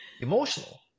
emotional